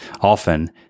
often